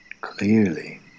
Clearly